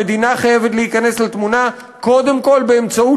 המדינה חייבת להיכנס לתמונה קודם כול באמצעות